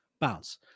bounce